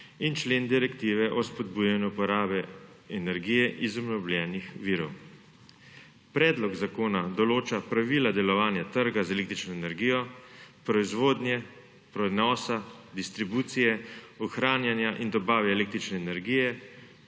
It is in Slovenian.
in člen Direktive o spodbujanju uporabe energije iz obnovljenih virov. Predlog zakona določa pravila delovanja trga z električno energijo, proizvodnje, prenosa, distribucije, ohranjanja in dobave električne energije